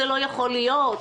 זה לא יכול להיות,